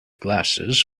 glasses